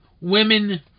women